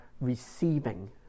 receiving